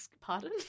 Pardon